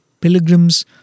pilgrims